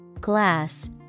glass